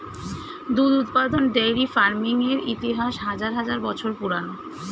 দুধ উৎপাদন dairy farming এর ইতিহাস হাজার হাজার বছর পুরানো